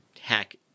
hack